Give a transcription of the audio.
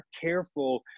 careful